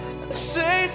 Say